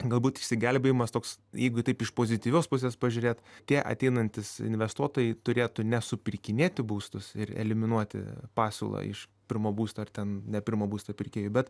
galbūt išsigelbėjimas toks jeigu taip iš pozityvios pusės pažiūrėt tie ateinantys investuotojai turėtų ne supirkinėti būstus ir eliminuoti pasiūlą iš pirmo būsto ar ten ne pirmo būsto pirkėjų bet